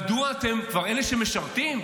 אלה שמשרתים,